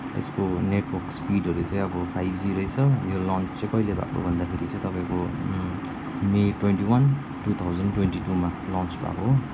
त्यसको नेटवर्क स्पीडहरू चाहिँ अब फाइभ जी रहेछ यो लन्च चाहिँ कहिले भएको भन्दाखेरि चाहिँ तपाईँको May twenty one two thousand twenty टूमा लन्च भएको हो